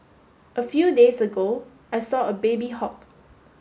a few days ago I saw a baby hawk